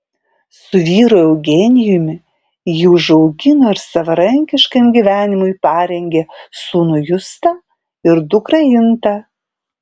su vyru eugenijumi ji užaugino ir savarankiškam gyvenimui parengė sūnų justą ir dukrą intą